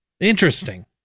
Interesting